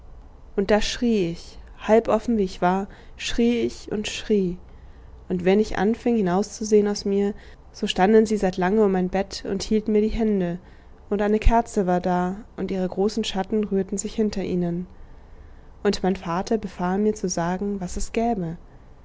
und da schrie ich halb offen wie ich war schrie ich und schrie und wenn ich anfing hinauszusehen aus mir so standen sie seit lange um mein bett und hielten mir die hände und eine kerze war da und ihre großen schatten rührten sich hinter ihnen und mein vater befahl mir zu sagen was es gäbe